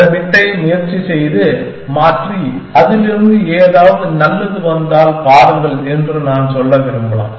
இந்த பிட்டை முயற்சி செய்து மாற்றி அதில் இருந்து ஏதாவது நல்லது வந்தால் பாருங்கள் என்று நான் சொல்ல விரும்பலாம்